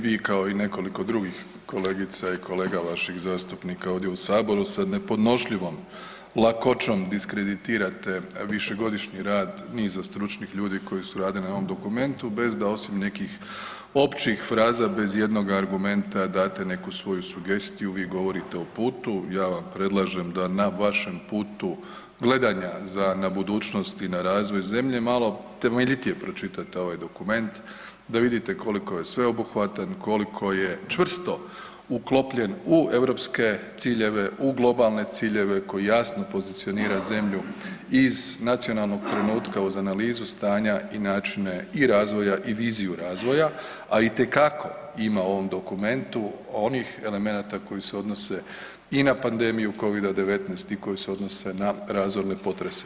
Vi kao i nekoliko drugih kolegica i kolega vaših zastupnika ovdje u Saboru sa nepodnošljivom lakoćom diskreditirate višegodišnji rad niza stručnih ljudi koji su radili na ovom dokumentu bez da osim nekih općih fraza, bez ijednog argumenta date neku svoju sugestiju, vi govorite o putu, ja vam predlažem da na vašem putu gledanja za na budućnost i na razvoj zemlje malo temeljitije pročitate ovaj dokument, da vidite koliko je sveobuhvatan, koliko je čvrsto uklopljen u europske ciljeve, u globalne ciljeve koji jasno pozicionira zemlju iz nacionalnog trenutka uz analizu stanja i načine i razvoja i viziju razvoja a itekako ima u ovom dokumentu onih elemenata koji se odnose i na pandemiju COVID-a 19 i koji se odnose na razorne potrese.